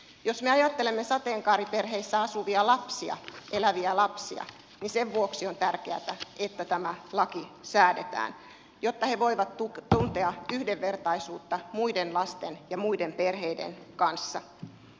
jos me ajattelemme sateenkaariperheissä eläviä lapsia on tärkeätä että tämä laki säädetään jotta he voivat tuntea yhdenvertaisuutta muiden lasten ja muiden perheiden kanssa